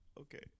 Okay